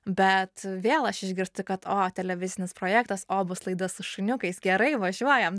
bet vėl aš išgirstu kad o televizinis projektas o bus laida su šuniukais gerai važiuojam